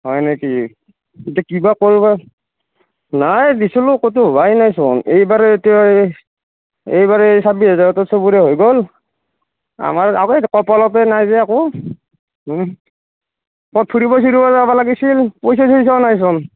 হয় নেকি এতিয়া কি বা কৰোঁ বা নাই দিছিলোঁ ক'তো হোৱাই নাইচোন এইবাৰ এতিয়া এই এইবাৰ এই ছাব্বিছ হেজাৰটো সবৰে হৈ গ'ল আমাৰ আমাৰ এই কপালতে নাই যে একো ওহ ক'ৰবাত ফুৰিব চুৰিব যাব লাগিছিল পইছা চইচাও নাইচোন